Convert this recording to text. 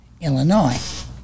Illinois